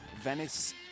Venice